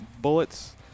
bullets